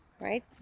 right